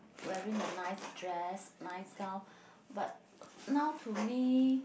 wearing a nice dress nice gown but now to me